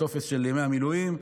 הטופס של ימי המילואים,